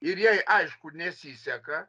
ir jai aišku nesiseka